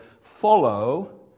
Follow